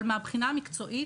אבל מהבחינה המקצועית,